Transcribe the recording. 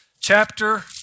chapter